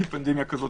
לסבר את האוזן,